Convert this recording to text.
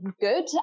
good